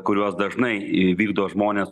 kuriuos dažnai įvykdo žmonės